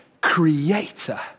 creator